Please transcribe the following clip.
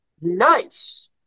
Nice